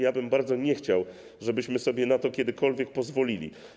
Ja bym bardzo nie chciał, żebyśmy sobie na to kiedykolwiek pozwolili.